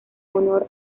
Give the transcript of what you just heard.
honor